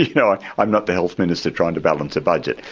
you know ah i'm not the health minister trying to balance a budget,